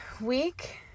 week